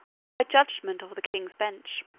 or by judgment of the king's bench.